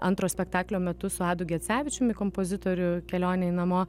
antro spektaklio metu su adu gecevičiumi kompozitoriu kelionei namo